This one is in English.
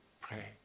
pray